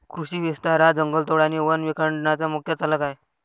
कृषी विस्तार हा जंगलतोड आणि वन विखंडनाचा मुख्य चालक आहे